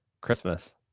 Christmas